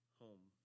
home